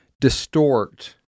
distort